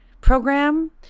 program